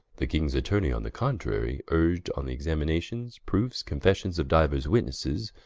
the kings atturney on the contrary, vrg'd on the examinations, proofes, confessions of diuers witnesses,